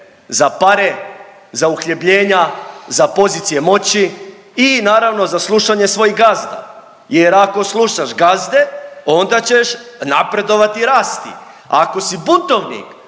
za pare, za uhljebljenja, za pozicije moći i naravno za slušanje svojih gazda jer ako slušaš gazde onda ćeš napredovati i rasti, a ako si buntovnik